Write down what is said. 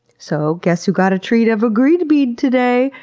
so, guess who got a treat of a green bean today?